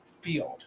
field